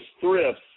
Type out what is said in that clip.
thrifts